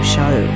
Show